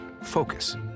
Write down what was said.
focus